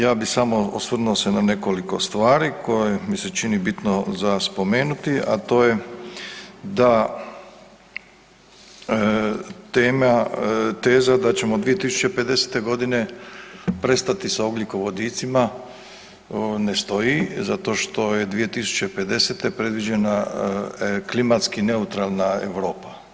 Ja bi samo osvrnuo se na nekoliko stvari koje mi se čini bitno za spomenuti a to je da teza da ćemo 2050. godine prestati sa ugljikovodicima ne stoji zašto što je 2050. predviđena klimatski neutralna Europa.